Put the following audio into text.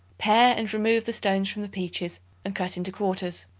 pare and remove the stones from the peaches and cut into quarters.